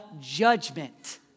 judgment